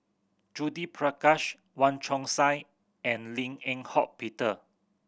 Judith Prakash Wong Chong Sai and Lim Eng Hock Peter